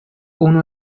unu